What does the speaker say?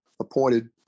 appointed